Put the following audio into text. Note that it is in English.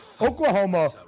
Oklahoma